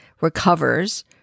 recovers